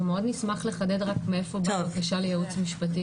אנחנו מאוד נשמח לחדד רק מאיפה באה הדרישה לייעוץ משפטי.